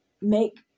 make